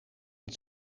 het